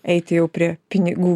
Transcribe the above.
eiti jau prie pinigų